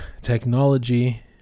technology